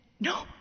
No